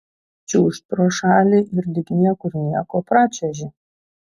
čiūžt pro šalį ir lyg niekur nieko pračiuoži